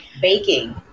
baking